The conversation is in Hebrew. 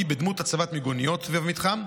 הביטחוני בדמות הצבת מיגוניות סביב המתחם,